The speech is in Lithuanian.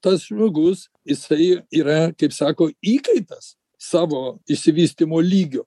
tas žmogus jisai yra kaip sako įkaitas savo išsivystymo lygio